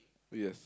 yes